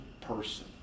person